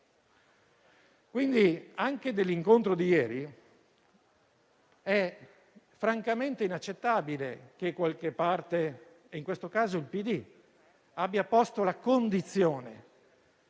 rispetto all'incontro di ieri è francamente inaccettabile che qualche parte - in questo caso il PD - abbia posto una condizione: